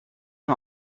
mal